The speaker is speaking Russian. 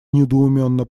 недоуменно